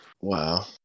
Wow